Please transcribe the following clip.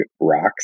rocks